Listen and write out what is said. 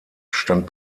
stand